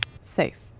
safe